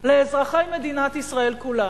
לאזרחי מדינת ישראל כולם.